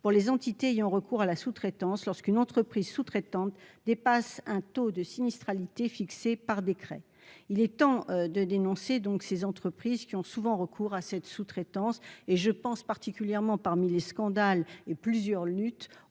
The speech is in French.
pour les entités ayant recours à la sous-traitance lorsqu'une entreprise sous-traitante dépasse un taux de sinistralité fixé par décret. Il est temps de dénoncer les entreprises qui ont souvent recours à la sous-traitance ; je pense en particulier, parmi les scandales récents et plusieurs luttes